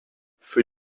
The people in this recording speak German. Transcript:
für